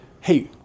hey